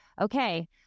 okay